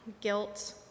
guilt